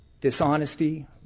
dishonesty